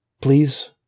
please